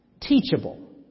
teachable